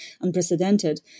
unprecedented